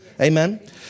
amen